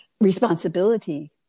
responsibility